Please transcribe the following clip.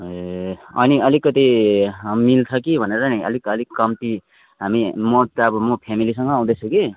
ए अनि अलिकति मिल्छ कि भनेर नि अलिक अलिक कम्ती हामी म त अब म फेमिलीसँगै आउँदैछु कि